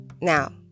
now